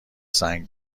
سنگ